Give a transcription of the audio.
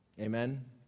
Amen